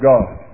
God